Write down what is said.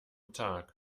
tag